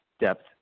depth